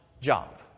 job